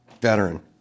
veteran